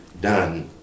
done